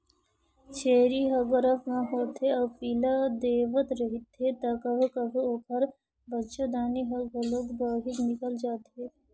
छेरी ह गरभ म होथे अउ पिला देवत रहिथे त कभू कभू ओखर बच्चादानी ह घलोक बाहिर निकल जाथे